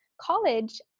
college